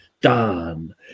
done